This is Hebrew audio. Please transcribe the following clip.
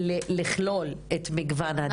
שמתאים לכלול את מגוון הדעות.